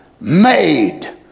made